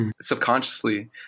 subconsciously